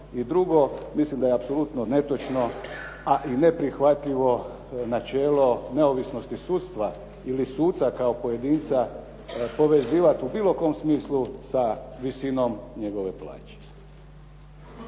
I drugo, mislim da je apsolutno netočno, a i neprihvatljivo načelo neovisnosti sudstva ili suca kao pojedinca povezivat u bilo kom smislu sa visinom njegove plaće.